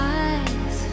eyes